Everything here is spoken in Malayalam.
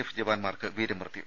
എഫ് ജവാൻമാർക്ക് വീരമൃത്യു